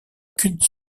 qu’une